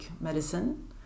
medicine